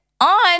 on